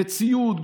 בציוד,